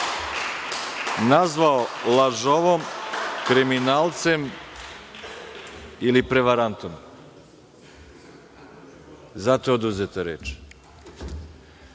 nazvao lažovom, kriminalcem ili prevarantom zato je oduzeta reč.